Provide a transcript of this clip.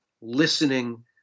listening